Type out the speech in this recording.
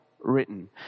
written